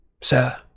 Sir